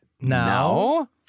Now